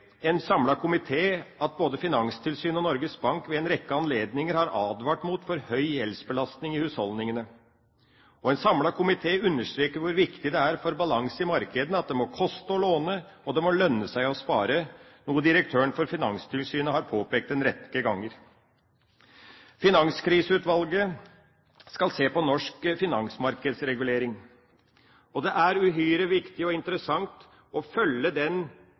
en samlet komité at både Finanstilsynet og Norges Bank ved en rekke anledninger har advart mot for høy gjeldsbelastning i husholdningene. En samlet komité understreker hvor viktig det er for balansen i markedene at det må koste å låne, og at det må lønne seg å spare, noe direktøren for Finanstilsynet har påpekt en rekke ganger. Finanskriseutvalget skal se på norsk finansmarkedsregulering. Det er uhyre viktig og interessant å følge den